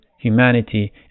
humanity